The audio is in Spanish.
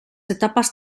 etapas